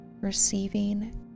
receiving